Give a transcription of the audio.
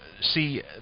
See